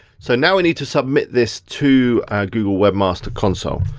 so now we need to submit this to google webmaster console.